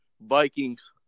Vikings